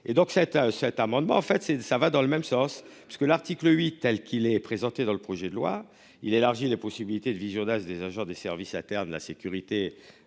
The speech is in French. et donc cet cet amendement. En fait c'est ça va dans le même sens parce que l'article 8 telle qu'il est présenté dans le projet de loi il élargit les possibilités de visionnage des agents des services à terre, de la sécurité.